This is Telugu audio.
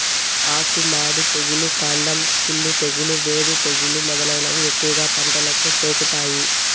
ఆకు మాడు తెగులు, కాండం కుళ్ళు తెగులు, వేరు తెగులు మొదలైనవి ఎక్కువగా పంటలకు సోకుతాయి